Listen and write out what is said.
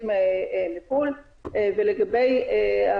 אז איך חשבתם שאתם נותנים פה פתרון לאותו מצב חירום שקיבלנו בהקדמה,